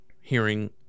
hearing